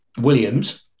Williams